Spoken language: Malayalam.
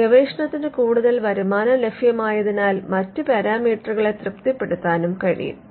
ഗവേഷണത്തിന് കൂടുതൽ വരുമാനം ലഭ്യമായതിനാൽ മറ്റ് പാരാമീറ്ററുകളെ തൃപ്തിപ്പെടുത്താനും കഴിയും